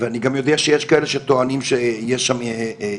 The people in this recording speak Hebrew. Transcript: ואני גם יודע שיש כאלה שטוענים שיש שם אי-דיוקים,